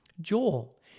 Joel